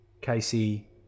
Casey